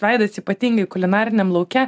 veidas ypatingai kulinariniam lauke